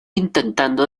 intentando